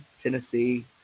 Tennessee